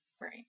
Right